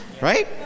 Right